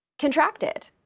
contracted